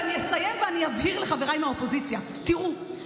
ואני אסיים ואני אבהיר לחבריי מהאופוזיציה: תראו,